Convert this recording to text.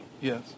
Yes